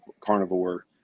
carnivore